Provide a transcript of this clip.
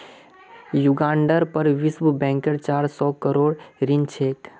युगांडार पर विश्व बैंकेर चार सौ करोड़ ऋण छेक